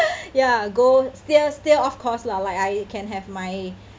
ya go still still of course lah like I can have my